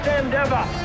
endeavor